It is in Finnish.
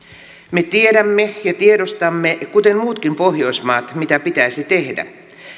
me tiedämme ja tiedostamme kuten muutkin pohjoismaat mitä pitäisi tehdä